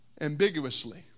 ambiguously